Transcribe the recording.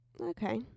Okay